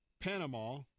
Panama